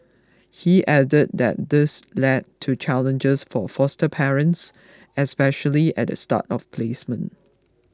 he added that this led to challenges for foster parents especially at the start of placement